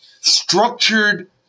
structured